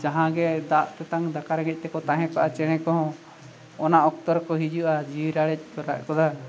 ᱡᱟᱦᱟᱸᱜᱮ ᱫᱟᱜ ᱛᱮᱛᱟᱝ ᱫᱟᱠᱟ ᱨᱮᱸᱜᱮᱡᱽ ᱛᱮᱠᱚ ᱛᱟᱦᱮᱸ ᱠᱚᱜᱼᱟ ᱪᱮᱬᱮ ᱠᱚᱦᱚᱸ ᱚᱱᱟ ᱚᱠᱛᱚ ᱨᱮᱠᱚ ᱦᱤᱡᱩᱜᱼᱟ ᱡᱤᱣᱤ ᱨᱟᱲᱮᱡ ᱠᱚ ᱨᱟᱜ ᱜᱚᱫᱚ